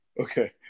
Okay